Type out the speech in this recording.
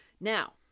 Now